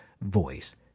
voice